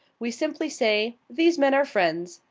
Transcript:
we simply say, these men are friends,